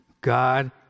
God